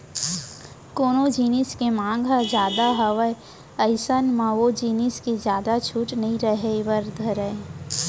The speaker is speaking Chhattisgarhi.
कोनो जिनिस के मांग ह जादा हावय अइसन म ओ जिनिस के जादा छूट नइ रहें बर धरय